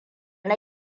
na